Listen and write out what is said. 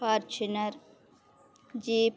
Fortuner jeep